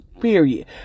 period